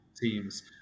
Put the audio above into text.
teams